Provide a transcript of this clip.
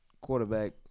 quarterback